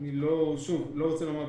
אני לא רוצה לומר בשליפה.